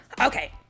Okay